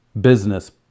business